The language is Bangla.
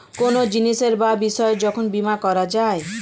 কোনো জিনিসের বা বিষয়ের যখন বীমা করা যায়